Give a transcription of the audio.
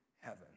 heaven